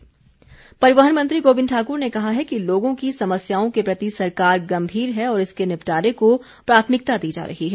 गोबिंद परिवहन मंत्री गोबिंद ठाक्र ने कहा है कि लोगों की समस्याओं के प्रति सरकार गम्भीर है और इसके निपटारे को प्राथमिकता दी जा रही है